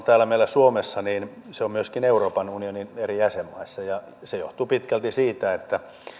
täällä meillä suomessa se on myöskin euroopan unionin eri jäsenmaissa se johtuu pitkälti siitä että